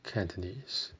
Cantonese